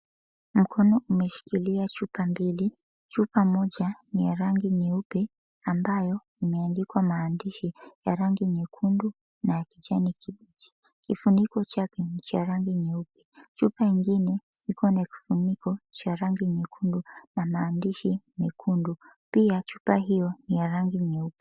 Mkono umeshikilia chupa mbili. Chupa moja ni ya rangi nyeupe ambayo imeandikwa maandishi ya rangi nyekundu na ya kijani kibichi. Kifuniko chake ni cha rangi nyeupe. Chupa ingine iko na kifuniko cha rangi nyekundu na maandishi mekundu. Pia chupa hiyo ni ya rangi nyeupe.